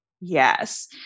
Yes